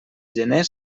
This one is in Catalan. gener